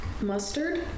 mustard